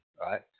right